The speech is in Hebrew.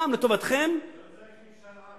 פעם לטובתכם, לא צריך משאל.